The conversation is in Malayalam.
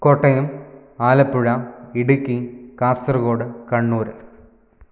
കോട്ടയം ആലപ്പുഴ ഇടുക്കി കാസർഗോഡ് കണ്ണൂർ